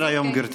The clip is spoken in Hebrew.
(הוראת שעה לעניין מינוי נאמן),